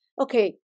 okay